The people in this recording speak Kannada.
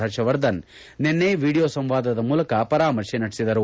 ಹರ್ಷವರ್ಧನ್ ನಿನ್ನೆ ವಿಡಿಯೋ ಸಂವಾದದ ಮೂಲಕ ಪರಾಮರ್ಶೆ ನಡೆಸಿದರು